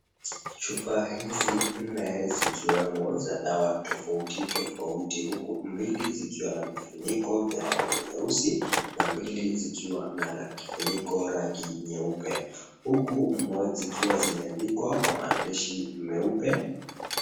Chupa hizi nne zikiwemo za dawa tofauti tofauti huku mbili zikiwa na vifuniko vya rangi nyeusi na mbili zikiwa na kifuniko rangi nyeupe huku zikiwa zimeandikwa kwa maandishi meupe.